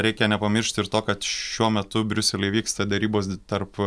reikia nepamiršti ir to kad šiuo metu briusely vyksta derybos tarp